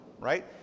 right